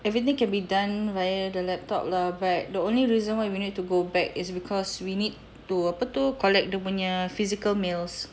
everything can be done via the laptop lah but the only reason why we need to go back is because we need to apa tu collect dia punya physical mails